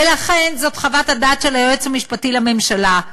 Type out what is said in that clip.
ולכן זו חוות הדעת על היועץ המשפטי לממשלה.